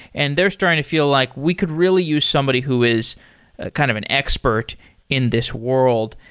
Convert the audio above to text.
and they're starting to feel like, we could really use somebody who is kind of an expert in this world.